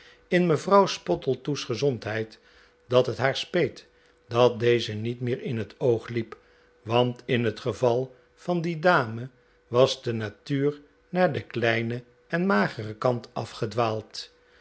in mevrouw spottletoe's gezondheid dat het haar speet dat deze niet meer in het oog liep want in het geval van die dame was de natuur naar den kleinen en mageren kant